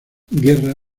guerra